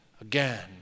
again